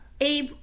Abe